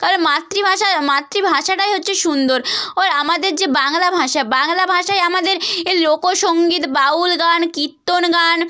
কারণ মাতৃভাষা মাতৃভাষাটাই হচ্ছে সুন্দর ওর আমাদের যে বাংলা ভাষা বাংলা ভাষায় আমাদের এর লোকসংগীত বাউল গান কীর্তন গান